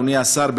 אדוני השר,